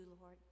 Lord